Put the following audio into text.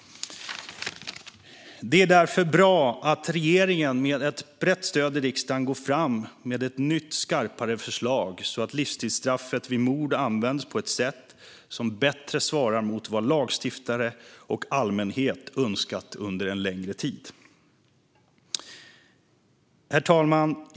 Det är därför bra att regeringen med ett brett stöd i riksdagen går fram med ett nytt och skarpare förslag, så att livstidsstraffet vid mord används på ett sätt som bättre svarar mot vad lagstiftare och allmänhet under en längre tid önskat. Herr talman!